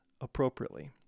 appropriately